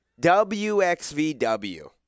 WXVW